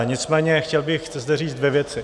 Nicméně chtěl bych zde říct dvě věci.